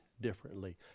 differently